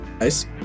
Nice